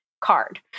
card